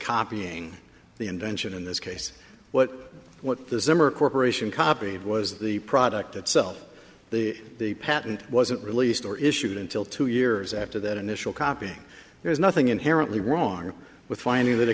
copying the invention in this case what what the zimmer corporation copied was the product itself the patent wasn't released or issued until two years after that initial copying there's nothing inherently wrong with finding